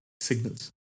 signals